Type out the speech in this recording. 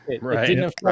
Right